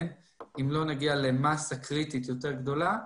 אם לא נגיע למסה קריטית יותר גדולה,